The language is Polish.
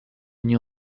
nie